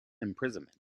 imprisonment